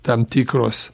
tam tikros